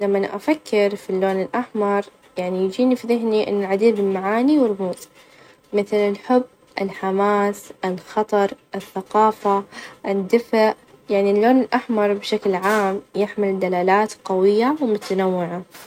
لمن أفكر في اللون الأحمر يعني يجيني في ذهني إن العديد من المعاني، والرموز مثل: الحب، الحماس، الخطر، الثقافة، الدفء، يعني اللون الأحمر بشكل عام يحمل دلالات قوية، ومتنوعة.